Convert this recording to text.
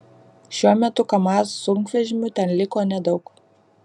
šiuo metu kamaz sunkvežimių ten liko nedaug